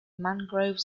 mangrove